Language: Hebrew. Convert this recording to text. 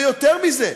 ויותר מזה,